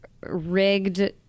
rigged